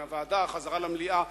מהוועדה בחזרה למליאה.